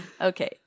Okay